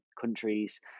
countries